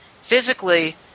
physically